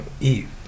Eve